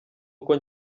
uko